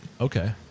Okay